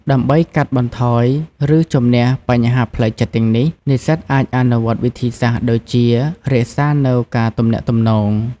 ដើម្បីកាត់បន្ថយ ឬជម្នះបញ្ហាផ្លូវចិត្តទាំងនេះ និស្សិតអាចអនុវត្តវិធីសាស្រ្តដូចជា រក្សានូវការទំនាក់ទំនង។